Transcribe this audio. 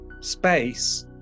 space